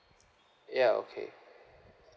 ya okay